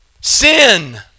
Sin